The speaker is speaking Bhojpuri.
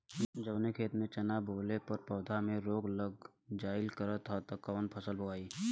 जवने खेत में चना बोअले पर पौधा में रोग लग जाईल करत ह त कवन फसल बोआई?